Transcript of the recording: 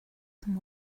some